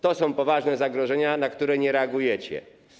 To są poważne zagrożenia, na które nie reagujecie.